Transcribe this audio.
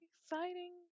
exciting